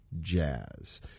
Jazz